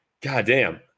Goddamn